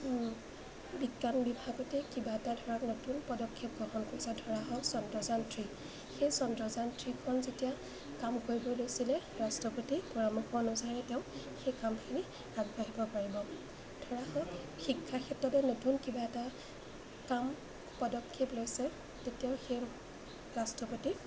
বিজ্ঞান বিভাগতেই কিবা এটা ধৰক নতুন পদক্ষেপ গ্ৰহণ কৰিছে ধৰা হওক চন্দ্ৰযান থ্ৰী সেই চন্দ্ৰযান থ্ৰীখন যেতিয়া কাম কৰিব লৈছিলে ৰাষ্ট্ৰপতি পৰামৰ্শ অনুযায়ী তেওঁ সেই কামখিনি আগবাঢ়িব পাৰিব ধৰা হওক শিক্ষাৰ ক্ষেত্ৰতে নতুন কিবা এটা কাম পদক্ষেপ লৈছে তেতিয়াও সেই ৰাষ্ট্ৰপতি